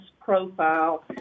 profile